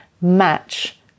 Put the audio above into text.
match